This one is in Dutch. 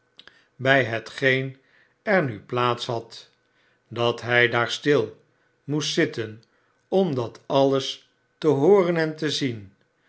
bij hetgeen er nu plaats had dat hij daar stil moest zitten om dat alles te hooren en te zien